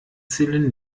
zählen